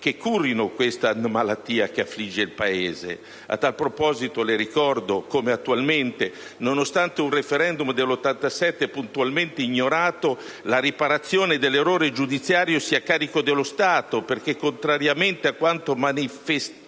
che curino questa malattia che affligge il Paese. A tal proposito, le ricordo come attualmente, nonostante un *referendum* del 1987 puntualmente ignorato, la riparazione dell'errore giudiziario sia a carico dello Stato perché, contrariamente a quanto manifestamente